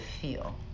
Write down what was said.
feel